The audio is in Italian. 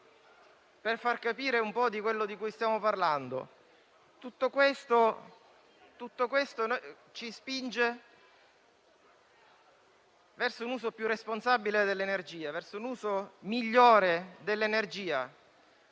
Per far capire un po' quello di cui stiamo parlando. Tutto questo ci spinge verso un uso più responsabile e migliore dell'energia.